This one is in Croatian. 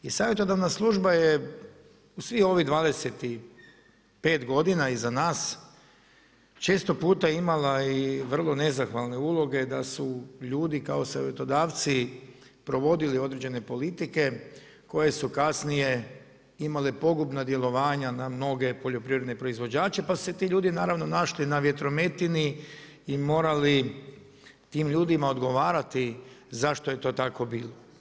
I savjetodavna služba je u svih ovih 25 godina iza nas često puta imala i vrlo nezahvalne uloge da su ljudi kao savjetodavci provodili određene politike koje su kasnije pogubna djelovanja na mnoge poljoprivredne proizvođače, pa su se ti ljudi našli na vjetrometini i morali tim ljudima odgovarati zašto je to tako bilo.